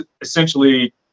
essentially